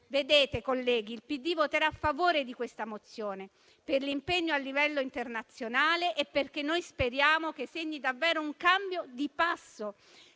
Vedete, colleghi, il Partito democratico voterà a favore di questa mozione per l'impegno a livello internazionale e perché speriamo che segni davvero un cambio di passo,